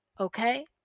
Okay